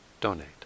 donate